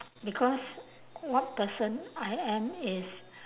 because what person I am is